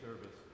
service